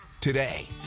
today